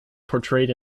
portrayed